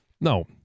No